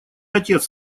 отец